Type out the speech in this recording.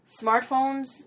smartphones